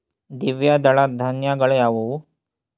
ದ್ವಿದಳ ಧಾನ್ಯಗಳಾವುವು?